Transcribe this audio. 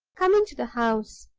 come into the house.